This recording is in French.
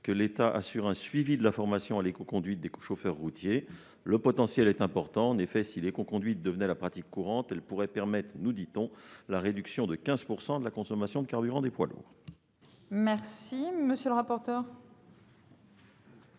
que l'État assure un suivi de la formation à l'écoconduite des chauffeurs routiers. Le potentiel est important. En effet, si l'écoconduite devenait la pratique courante, elle pourrait permettre, nous dit-on, une réduction de 15 % de la consommation de carburant des poids lourds. Quel est l'avis de